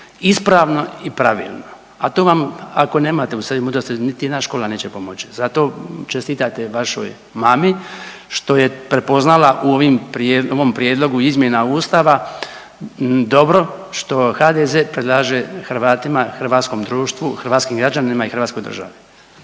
ispravno i pravilno, a tu vam ako nemate u sebi mudrosti niti jedna škola neće pomoći. Zato čestitajte vašoj mami što je prepoznala u ovom prijedlogu izmjena Ustava dobro što HDZ predlaže Hrvatima, hrvatskom društvu, hrvatskim građanima i hrvatskoj državi.